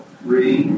three